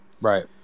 Right